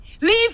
Leave